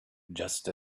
just